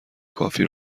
کافی